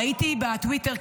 ראיתי בטוויטר,